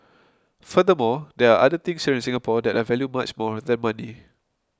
furthermore there are other things here in Singapore that I value much more than money